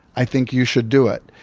i think you should do it.